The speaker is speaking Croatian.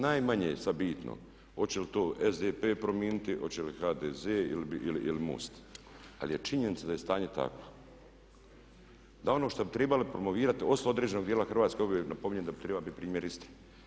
Najmanje je sad bitno hoće li to SDP promijeniti, oće li HDZ ili MOST ali je činjenica da je stanje takvo da ono što bi trebali promovirati osim određenog djela Hrvatske, ovdje napominjem da bi trebala biti primjer Istra.